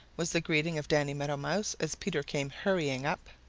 was the greeting of danny meadow mouse as peter came hurrying up.